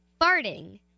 farting